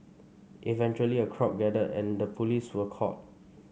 eventually a crowd gathered and the police were called